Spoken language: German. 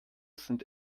sind